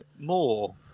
more